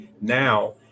now